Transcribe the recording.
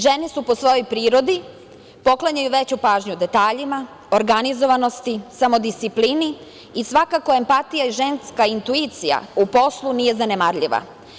Žene su po svojoj prirodi, poklanjaju više pažnje detaljima, organizovanosti, samodisciplini i svakako empatija i ženska intuicija u poslu nije zanemarljiva.